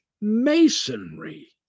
masonry